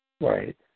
Right